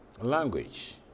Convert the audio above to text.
language